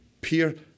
Peer